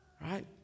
Right